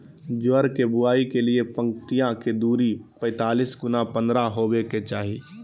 ज्वार के बुआई के लिए पंक्तिया के दूरी पैतालीस गुना पन्द्रह हॉवे के चाही